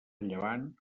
llevant